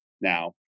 now